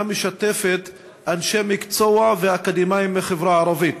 משתפת אנשי מקצוע ואקדמאים מהחברה הערבית.